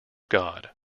god